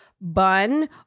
bun